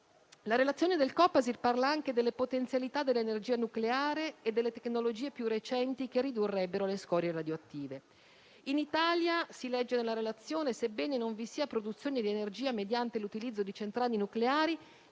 La relazione del Copasir parla anche delle potenzialità dell'energia nucleare e delle tecnologie più recenti, che ridurrebbero le scorie radioattive. In Italia - si legge nella relazione - sebbene non vi sia produzione di energia mediante l'utilizzo di centrali nucleari,